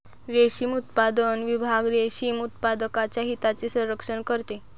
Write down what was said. रेशीम उत्पादन विभाग रेशीम उत्पादकांच्या हितांचे संरक्षण करते